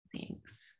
Thanks